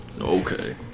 Okay